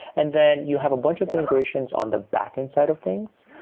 and then you have a bunch of integrations on the backend side of things.